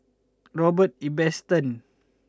Robert Ibbetson